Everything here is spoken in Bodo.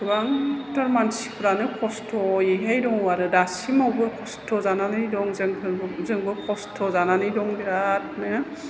गोबांथार मानसिफोरानो खस्थ'यैहाय दङ आरो दासिमावबो खस्थ' जानानै दं जोंबो खस्थ' जानानै दं बिरातनो